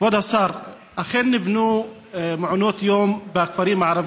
אחרי יוסף עטאונה.